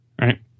right